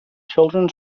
children